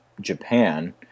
Japan